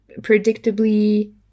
predictably